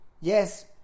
Yes